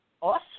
Awesome